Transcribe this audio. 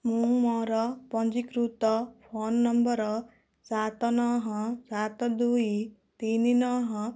ମୁଁ ମୋର ପଞ୍ଜୀକୃତ ଫୋନ ନମ୍ବର ସାତ ନଅ ସାତ ଦୁଇ ତିନି ନଅ